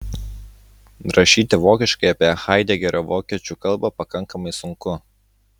rašyti vokiškai apie haidegerio vokiečių kalbą pakankamai sunku